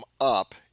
up